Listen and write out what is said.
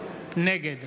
נגד